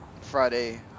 Friday